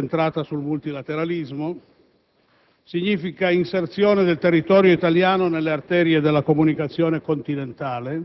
una strategia della sicurezza incentrata sul multilateralismo. Significa inserzione del territorio italiano nelle arterie della comunicazione continentale.